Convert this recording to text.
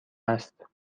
است